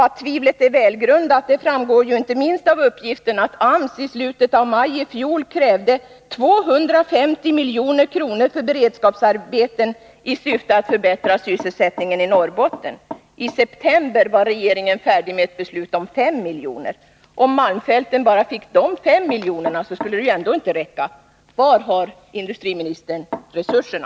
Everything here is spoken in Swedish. Att tvivlet är välgrundat framgår inte minst av uppgifterna att AMS i slutet av maj månad i fjol krävde 250 milj.kr. för beredskapsarbeten i syfte att förbättra sysselsättningen i Norrbotten. I september var regeringen färdig med att besluta om 5 milj.kr. Om malmfälten fick dessa 5 milj.kr. skulle det ändå inte räcka till. Var har industriministern resurserna?